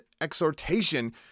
exhortation